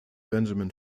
benjamin